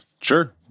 sure